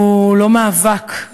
הוא לא מאבק,